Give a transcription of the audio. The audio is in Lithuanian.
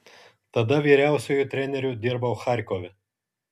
tada vyriausiuoju treneriu dirbau charkove